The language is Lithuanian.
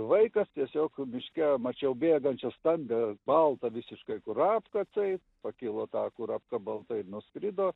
vaikas tiesiog miške mačiau bėgančias ten da baltą visiškai kurapką taip pakilo ta kurapka balta ir nuskrido